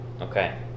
Okay